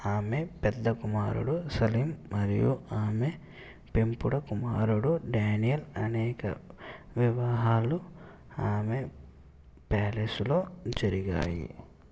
ఆమె పెద్ద కుమారుడు సలీం మరియు ఆమె పెంపుడు కుమారుడు డానియల్ల అనేక వివాహాలు ఆమె ప్యాలెస్లో జరిగాయి